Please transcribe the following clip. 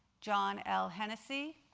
john l. hennessy,